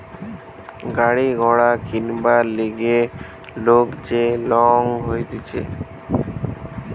গাড়ি ঘোড়া কিনবার লিগে লোক যে লং লইতেছে